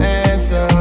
answer